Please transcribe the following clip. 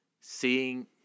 seeing